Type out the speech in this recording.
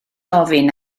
ofyn